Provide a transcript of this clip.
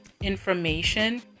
information